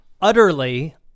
utterly